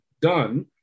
done